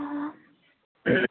অঁ